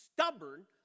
stubborn